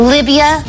Libya